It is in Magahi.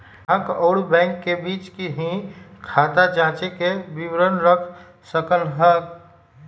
ग्राहक अउर बैंक के बीचे ही खाता जांचे के विवरण रख सक ल ह